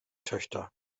töchter